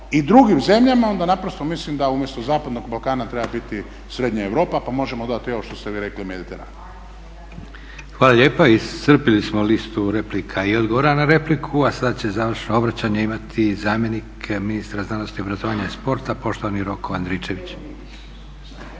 i drugim zemljama onda naprosto mislim da umjesto zapadnog Balkana treba biti srednja Europa pa može dodati i ovo što ste vi rekli Mediteran. **Leko, Josip (SDP)** Hvala lijepa. Iscrpili smo listu replika i odgovora na repliku. A sad će završno obraćanje imati zamjenik ministra znanosti, obrazovanja i sporta poštovani Roko Andričević.